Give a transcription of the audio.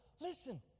Listen